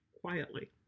quietly